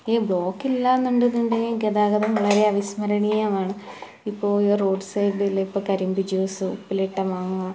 ഈ ബ്ലോക്കില്ലാന്ന് ഉണ്ടെന്ന് ഉണ്ടെങ്കിൽ ഗതാഗതം വളരെ അവിസ്മരണീയമാണ് ഇപ്പോൾ റോഡ് സൈഡിൽ ഇപ്പോ കരിമ്പിൻ ജൂസും ഉപ്പിലിട്ട മാങ്ങാ